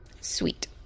Sweet